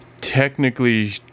Technically